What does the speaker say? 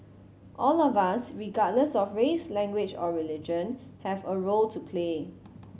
all of us regardless of race language or religion have a role to play